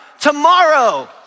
Tomorrow